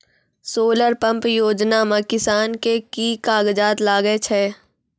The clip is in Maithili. सोलर पंप योजना म किसान के की कागजात लागै छै?